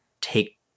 take